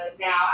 now